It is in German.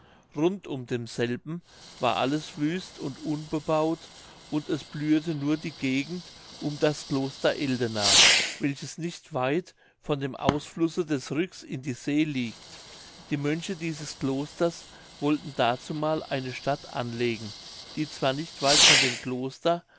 rund um denselben war alles wüst und unbebaut und es blühete nur die gegend um das kloster eldena welches nicht weit von dem ausflusse des ryks in die see liegt die mönche dieses klosters wollten dazumal eine stadt anlegen die zwar nicht weit von dem kloster